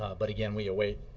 but again, we await